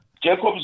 Jacob